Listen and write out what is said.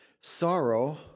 Sorrow